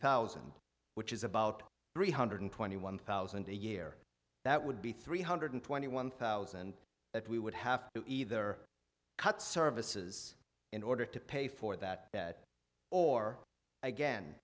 thousand which is about three hundred twenty one thousand a year that would be three hundred twenty one thousand that we would have to either cut services in order to pay for that or again